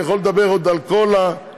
אני יכול לדבר עוד על כל הדברים.